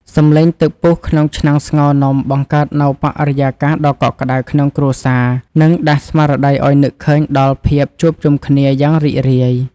សម្លេងទឹកពុះក្នុងឆ្នាំងស្ងោរនំបង្កើតនូវបរិយាកាសដ៏កក់ក្តៅក្នុងគ្រួសារ និង ដាស់ស្មារតីឱ្យនឹកឃើញដល់ភាពជួបជុំគ្នាយ៉ាងរីករាយ។